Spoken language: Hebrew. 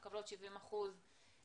מקבלות 70% מההכנסה.